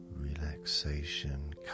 relaxation